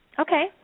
Okay